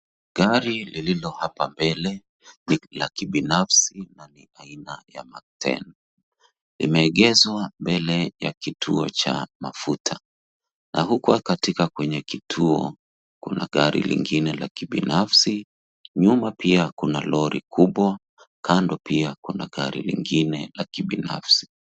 Gari lililo hapa mbele ni la kibinafsi na ni aina ya Mark 10. Limeegeshwa mbele ya kituo cha mafuta na huku katika kwenye kituo kuna gari lingine la kibinafsi. Nyuma pia kuna lori kubwa, kando pia kuna gari lingine la kibinafsi.